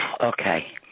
Okay